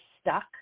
stuck